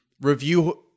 review